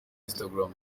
instagram